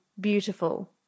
beautiful